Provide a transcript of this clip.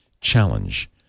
challenge